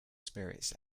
spirits